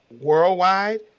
worldwide